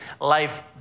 life